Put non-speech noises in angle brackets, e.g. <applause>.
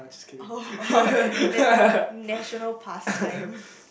oh <laughs> nat~ national past time <breath>